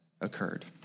occurred